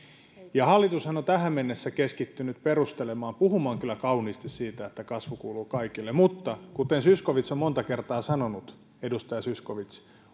hallitushan on tähän mennessä keskittynyt perustelemaan puhumaan kyllä kauniisti siitä että kasvu kuuluu kaikille mutta kuten zyskowicz on monta kertaa sanonut edustaja zyskowicz